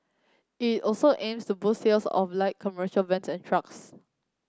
it also aims to boost sales of light commercial vans and trucks